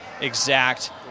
exact